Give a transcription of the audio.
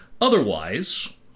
Otherwise